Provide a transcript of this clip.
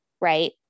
right